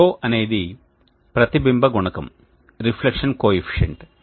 ρ అనేది ప్రతిబింబ గుణకం రిఫ్లెక్షన్ కోఎఫీషియంట్